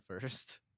first